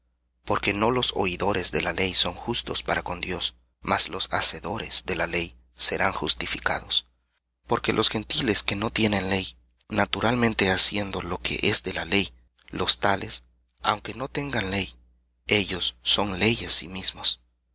porque no los oidores de la ley son justos para con dios mas los hacedores de la ley serán justificados porque los gentiles que no tienen ley naturalmente haciendo lo que es de la ley los tales aunque no tengan ley ellos son ley á sí mismos